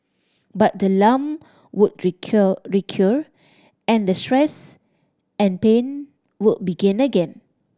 but the lump would recur recur and the stress and pain would begin again